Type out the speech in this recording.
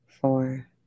four